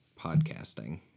podcasting